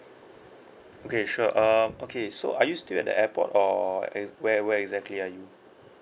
okay sure um okay so are you still at the airport or at where where exactly are you